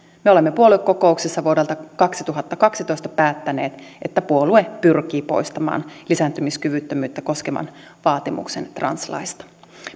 me olemme puoluekokouksessa vuonna kaksituhattakaksitoista päättäneet että puolue pyrkii poistamaan lisääntymiskyvyttömyyttä koskevan vaatimuksen translaista